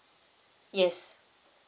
yes